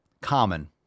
common